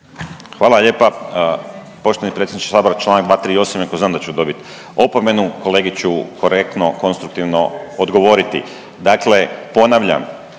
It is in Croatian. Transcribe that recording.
Hvala lijepa. Poštovani predsjedniče sabora Članak 238. iako znam da ću dobiti opomenu. Kolegi ću korektno, konstruktivno odgovoriti. Dakle, ponavljam